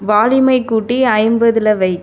வால்யூமை கூட்டி ஐம்பதில் வை